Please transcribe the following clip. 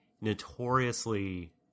notoriously